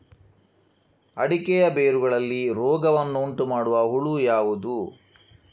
ಅಡಿಕೆಯ ಬೇರುಗಳಲ್ಲಿ ರೋಗವನ್ನು ಉಂಟುಮಾಡುವ ಹುಳು ಯಾವುದು?